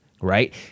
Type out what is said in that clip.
right